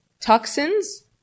toxins